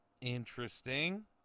interesting